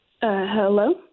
Hello